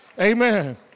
Amen